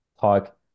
talk